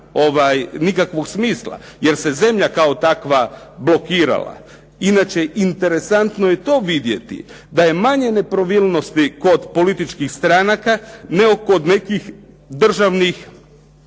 nikakvog smisla. Jer se zemlja kao takva blokirala. Inače interesantno je to vidjeti da je manje nepravilnosti kod političkih stranaka nego kod nekih državnih